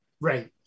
Right